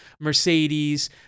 Mercedes